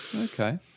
okay